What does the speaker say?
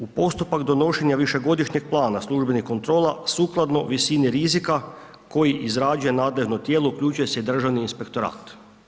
U postupak donošenja višegodišnjeg plana službenih kontrola, sukladno visini rizika, koji izrađuje nadležno tijelo uključuje se Državni inspektorat.